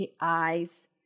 eyes